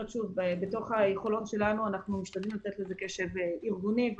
בתוך היכולות שלנו אנחנו משתדלים לתת לזה קשב ארגוני.